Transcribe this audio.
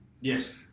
Yes